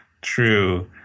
true